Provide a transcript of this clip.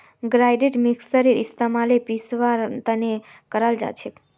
grinder मिक्सरेर इस्तमाल पीसवार तने कराल जाछेक